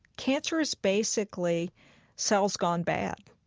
cancer is basically cells gone bad.